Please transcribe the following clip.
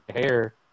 hair